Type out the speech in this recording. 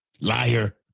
Liar